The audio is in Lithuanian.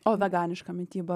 o veganiška mityba